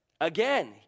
Again